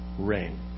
rain